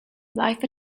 life